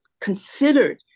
considered